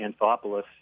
Anthopoulos